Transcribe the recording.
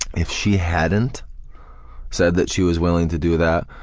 if she hadn't said that she was willing to do that,